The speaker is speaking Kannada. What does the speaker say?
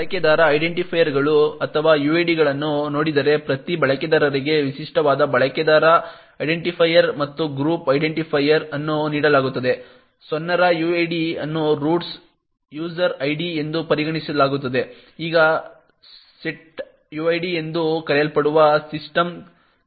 ಬಳಕೆದಾರ ಐಡೆಂಟಿಫೈಯರ್ಗಳು ಅಥವಾ ಯುಐಡಿಗಳನ್ನು ನೋಡಿದರೆ ಪ್ರತಿ ಬಳಕೆದಾರರಿಗೆ ವಿಶಿಷ್ಟವಾದ ಬಳಕೆದಾರ ಐಡೆಂಟಿಫೈಯರ್ ಮತ್ತು ಗ್ರೂಪ್ ಐಡೆಂಟಿಫೈಯರ್ ಅನ್ನು ನೀಡಲಾಗುತ್ತದೆ 0 ರ ಯುಐಡಿ ಅನ್ನು ರೂಟ್ಸ್ ಯೂಸರ್ ಐಡಿ ಎಂದು ಪರಿಗಣಿಸಲಾಗುತ್ತದೆ ಈಗ ಸೆಟ್ಯೂಡ್ ಎಂದು ಕರೆಯಲ್ಪಡುವ ಸಿಸ್ಟಂ ಕರೆ ಇದೆ